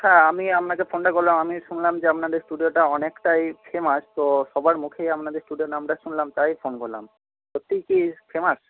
হ্যাঁ আমি আপনাকে ফোনটা করলাম আমি শুনলাম যে আপনাদের স্টুডিওটা অনেকটাই ফেমাস তো সবার মুখেই আপনাদের স্টুডিওর নামটা শুনলাম তাই ফোন করলাম সত্যিই কি ফেমাস